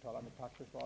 sådan broschyr.